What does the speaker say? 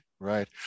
Right